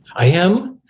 i am.